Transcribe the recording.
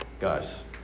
Guys